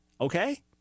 Okay